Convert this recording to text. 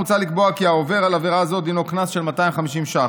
מוצע לקבוע כי העובר על עבירה זו דינו קנס של 250 ש"ח.